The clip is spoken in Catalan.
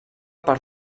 per